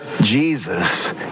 Jesus